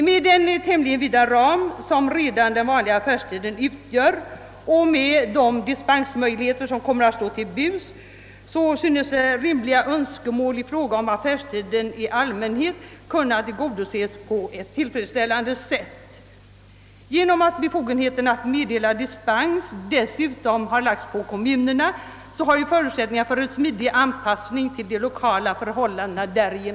Med den tämligen vida ram som redan den vanliga affärstiden utgör och med de dispensmöjligheter, vilka kommer att stå till buds, synes rimliga önskemål i fråga om affärstiden i allmänhet kunna tillgodoses på ett tillfredsställande sätt. Genom att befogenheten att meddela dispens dessutom har ålagts kommunerna har förutsättningar för en smidig anpassning till de lokala förhållandena skapats.